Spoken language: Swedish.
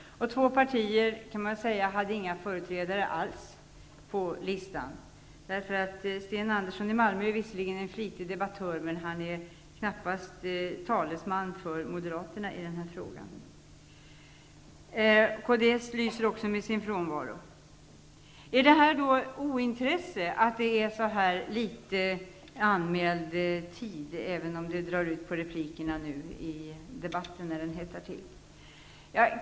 Två partier hade inga företrädare alls anmälda på talarlistan. Sten Andersson i Malmö är visserligen en flitig debattör, men han är knappast talesman för Moderaterna i denna fråga. Kds lyser med sin frånvaro. Är det av ointresse som det är så här litet anmäld tid, även om debatten drar ut på tiden när det hettar till i replikerna?